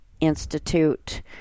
Institute